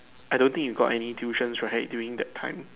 I don't think you got any tuitions right during that time